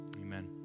Amen